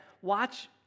watch